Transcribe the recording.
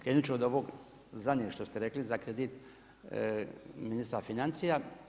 Krenut ću od ovog zadnjeg što ste rekli za kredit ministra financija.